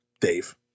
Dave